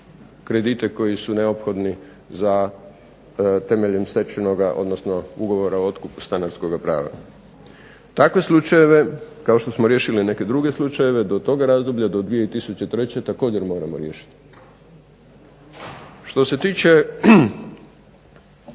kredite koji su neophodni za, temeljem stečenoga odnosno ugovora o otkupu stanarskoga prava. Takve slučajeve kao što smo riješili neke druge slučajeve do tog razdoblja do 2003. također moramo riješiti. Što se tiče